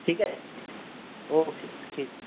ٹھیک ہے okay okay ٹھیک